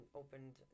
opened